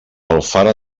alfara